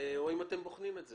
או אם אתם בוחנים את זה.